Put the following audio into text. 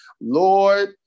Lord